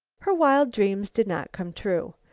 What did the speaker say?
her wild dreams did not come true.